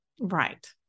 right